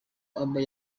aba